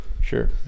sure